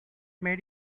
made